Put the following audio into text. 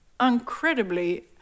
incredibly